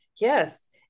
Yes